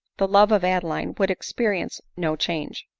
the love of adeline would experience no change.